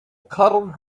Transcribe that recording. cuddled